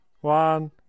One